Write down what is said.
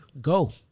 Go